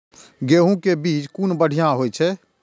गैहू कै बीज कुन बढ़िया होय छै?